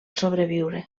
sobreviure